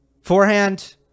Forehand